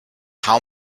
how